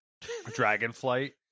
Dragonflight